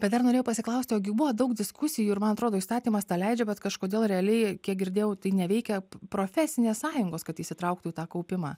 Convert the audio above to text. bet dar norėjau pasiklausti o gi buvo daug diskusijų ir man atrodo įstatymas tą leidžia bet kažkodėl realiai kiek girdėjau tai neveikia profesinės sąjungos kad įsitrauktų į tą kaupimą